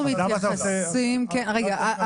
רגע.